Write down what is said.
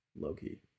Low-key